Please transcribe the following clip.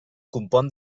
compon